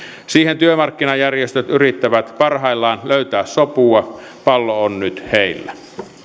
siihen työmarkkinajärjestöt yrittävät parhaillaan löytää sopua pallo on nyt heillä